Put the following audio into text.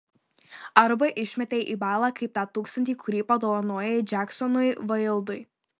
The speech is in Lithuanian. arba išmetei į balą kaip tą tūkstantį kurį padovanojai džeksonui vaildui